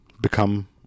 become